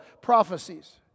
prophecies